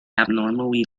abnormally